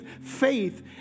faith